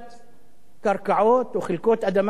קרקעות או חלקות אדמה לזוגות צעירים.